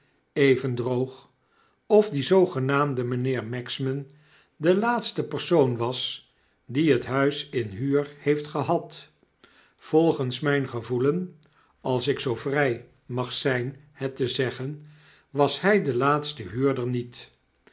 even droog of die zoogenaamde mijnheer magsman de laatste persoon was die het huis in huur heeft gehad volgens mijn gevoelen als ik zoo vrij mag zijn het te zeggen was hij de laatste huurder niet